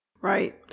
Right